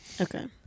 Okay